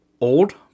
old